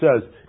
says